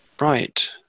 right